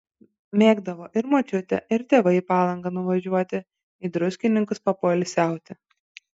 mėgdavo ir močiutė ir tėvai į palangą nuvažiuoti į druskininkus papoilsiauti